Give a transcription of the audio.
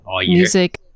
music